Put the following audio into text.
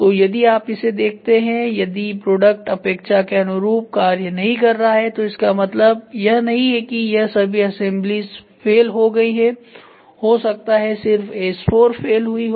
तो यदि आप इसे देखते हैं यदि प्रोडक्ट अपेक्षा के अनुरूप कार्य नहीं कर रहा है तो इसका मतलब यह नहीं है कि यह सभी सबअसेंबलीज फेल हो गई है हो सकता है कि सिर्फ S4 फेल हुई हो